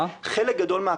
אז מה?